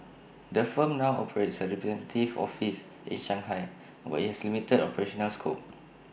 the firm now operates A representative office in Shanghai where IT has limited operational scope